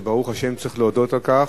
זה, ברוך השם, צריך להודות על כך,